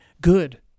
good